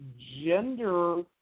Gender